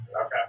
Okay